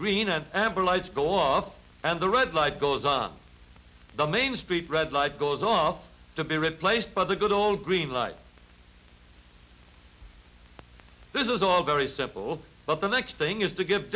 green and amber lights go off and the red light goes on the main street red light goes off to be replaced by the good old green light this is all very simple but the next thing is to get